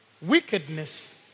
Wickedness